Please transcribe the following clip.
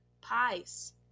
Pies